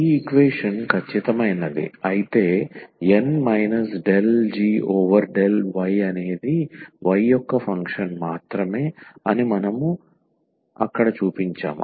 ఈ ఈక్వేషన్ ఖచ్చితమైనది అయితే ఈ N del g over del y అనేది y యొక్క ఫంక్షన్ మాత్రమే అని మనం అక్కడ చూపించాము